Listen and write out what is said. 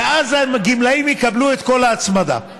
ואז הגמלאים יקבלו את כל ההצמדה.